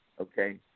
okay